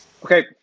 Okay